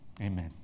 Amen